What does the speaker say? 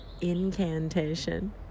incantation